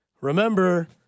remember